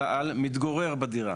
אלא על מתגורר בדירה.